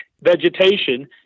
vegetation